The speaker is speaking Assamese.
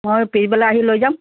মই পিছবেলা আহি লৈ যাম